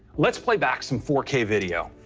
let's play back some four k video.